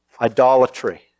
Idolatry